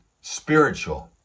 spiritual